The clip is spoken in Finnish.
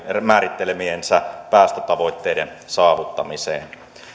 määrittelemiensä päästötavoitteiden saavuttamiseen